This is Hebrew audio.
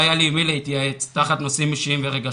לא היה לי עם מי להתייעץ בנושאים אישיים ורגשות,